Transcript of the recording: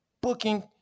booking